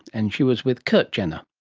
and she was with curt jenner